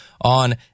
on